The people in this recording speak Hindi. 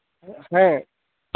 हैं